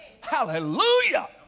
Hallelujah